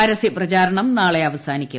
പരസ്യ പ്രചാരണം നാളെ അവസാനിക്കും